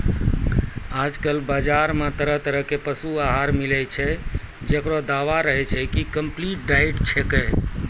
आजकल बाजार मॅ तरह तरह के पशु आहार मिलै छै, जेकरो दावा रहै छै कि कम्पलीट डाइट छेकै